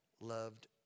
loved